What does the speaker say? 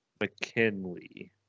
McKinley